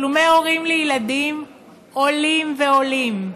תשלומי הורים לילדים עולים ועולים,